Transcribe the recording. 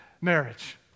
marriage